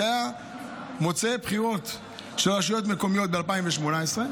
זה היה מוצאי בחירות של רשויות מקומיות ב-2018,